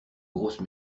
grosses